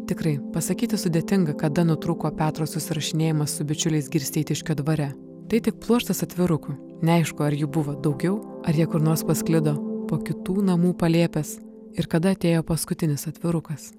tikrai pasakyti sudėtinga kada nutrūko petro susirašinėjimas su bičiuliais girsteitiškio dvare tai tik pluoštas atvirukų neaišku ar jų buvo daugiau ar jie kur nors pasklido po kitų namų palėpes ir kada atėjo paskutinis atvirukas